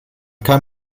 kann